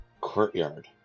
Courtyard